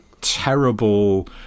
terrible